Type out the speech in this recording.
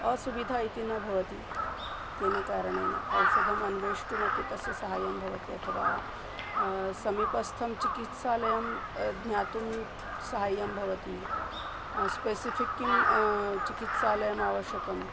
असुविधा इति न भवति तेन कारणेन औषधम् अन्वेष्टुमपि तस्य सहायं भवति अथवा समीपस्थं चिकित्सालयं ज्ञातुं सहाय्यं भवति स्पेसिफ़िक् किं चिकित्सालयम् आवश्यकम्